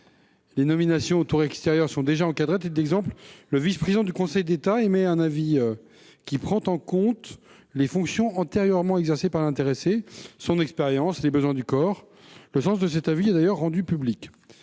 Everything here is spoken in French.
les nominations au tour extérieur sont déjà encadrées. À titre d'exemple, le vice-président du Conseil d'État émet, sur chaque projet de nomination, un avis qui prend en compte les fonctions antérieurement exercées par l'intéressé, son expérience et les besoins du corps ; le sens de cet avis est d'ailleurs rendu public.